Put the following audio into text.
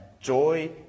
joy